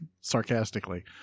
sarcastically